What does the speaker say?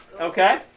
Okay